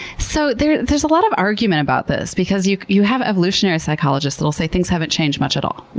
so there's there's a lot of argument about this, because you you have evolutionary psychologists that'll say things haven't changed much at all.